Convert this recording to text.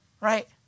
right